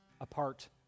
apart